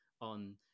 on